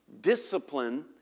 Discipline